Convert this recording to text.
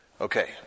Okay